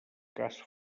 cas